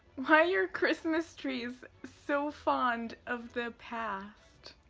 why are christmas trees so fond of the past?